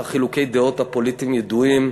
חילוקי הדעות הפוליטיים ידועים.